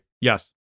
Yes